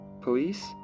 Police